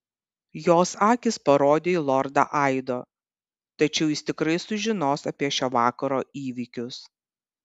jos akys parodė į lordą aido tačiau jis tikrai sužinos apie šio vakaro įvykius